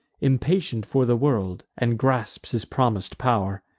impatient for the world, and grasps his promis'd pow'r.